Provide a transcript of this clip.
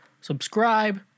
subscribe